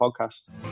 podcast